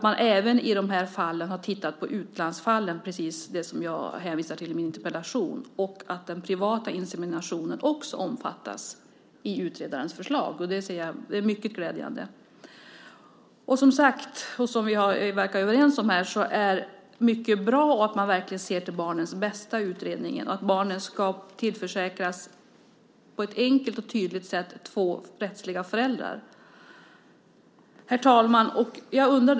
Man har även tittat på utlandsfallen som jag hänvisar till i min interpellation, och den privata inseminationen omfattas också av utredarens förslag. Det är mycket glädjande. Som sagt är mycket bra; det verkar vi vara överens om. Man ser verkligen till barnens bästa i utredningen och vill att de på ett enkelt och tydligt sätt ska tillförsäkras två rättsliga föräldrar.